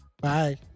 Bye